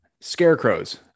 scarecrows